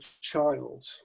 child